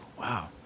Wow